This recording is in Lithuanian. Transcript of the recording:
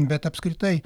bet apskritai